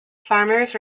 farmers